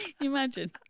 imagine